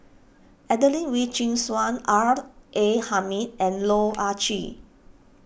Adelene Wee Chin Suan R A Hamid and Loh Ah Chee